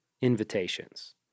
invitations